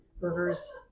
burgers